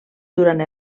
durant